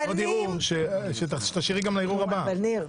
שתשאירי גם לערעור הבא.